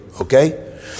okay